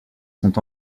sont